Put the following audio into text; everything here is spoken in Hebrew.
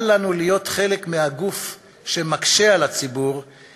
אל לנו להיות חלק מהגוף שמקשה על הציבור,